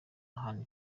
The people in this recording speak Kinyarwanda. ahana